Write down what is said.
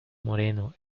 moreno